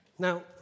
Now